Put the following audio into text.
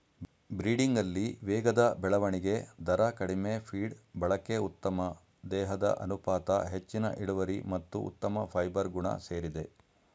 ಬ್ರೀಡಿಂಗಲ್ಲಿ ವೇಗದ ಬೆಳವಣಿಗೆ ದರ ಕಡಿಮೆ ಫೀಡ್ ಬಳಕೆ ಉತ್ತಮ ದೇಹದ ಅನುಪಾತ ಹೆಚ್ಚಿನ ಇಳುವರಿ ಮತ್ತು ಉತ್ತಮ ಫೈಬರ್ ಗುಣ ಸೇರಿದೆ